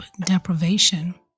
deprivation